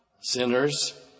sinners